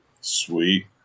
Sweet